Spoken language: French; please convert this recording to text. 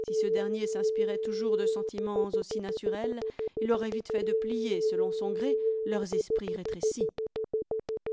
si ce dernier s'inspirait toujours de sentiments aussi naturels il aurait vite fait de plier selon son gré leurs esprits rétrécis